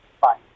Bye